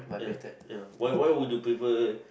ya ya why why would you prefer